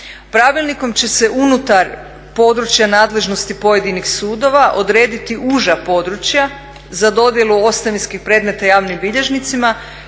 Pravilnikom će se unutar područja nadležnosti pojedinih sudova odrediti uža područja za dodjelu ostavinskih predmeta javnim bilježnicima